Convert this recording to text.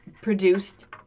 produced